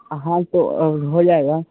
ہاں تو ہو جائے گا